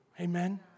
Amen